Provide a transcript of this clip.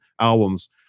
albums